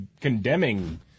condemning